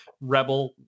Rebel